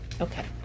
Okay